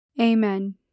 Amen